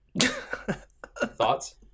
Thoughts